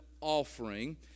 offering